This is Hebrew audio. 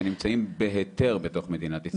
שהם נמצאים בהיתר בתוך מדינת ישראל.